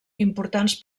importants